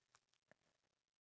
what